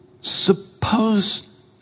Suppose